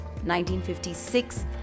1956